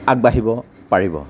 আগবাঢ়িব পাৰিব